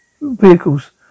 vehicles